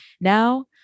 Now